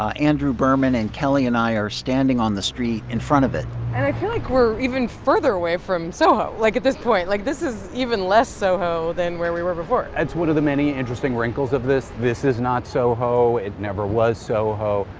ah andrew berman and kelly and i are standing on the street in front of it and i feel like we're even further away from soho, like, at this point. like, this is even less soho than where we were before it's one of the many interesting wrinkles of this. this is not soho. it never was soho.